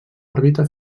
òrbita